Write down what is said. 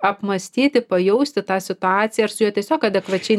apmąstyti pajausti tą situaciją ir su ja tiesiog adekvačiai